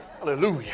hallelujah